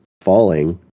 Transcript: falling